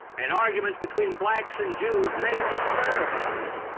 and arguments between blacks and jews may disturb us,